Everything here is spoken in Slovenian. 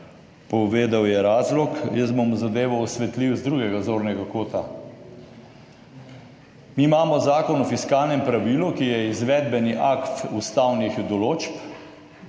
Povedal je razlog. Jaz bom zadevo osvetlil z drugega zornega kota. Mi imamo Zakon o fiskalnem pravilu, ki je izvedbeni akt ustavnih določb